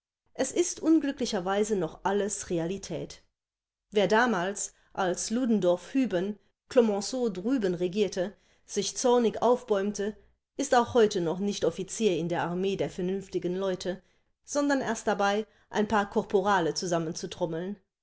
es ist unglücklicherweise noch alles realität wer damals als ludendorff hüben clemenceau drüben regierte sich zornig aufbäumte ist auch heute noch nicht offizier in der armee der vernünftigen leute sondern erst dabei ein paar korporale zusammenzutrommeln